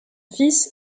fils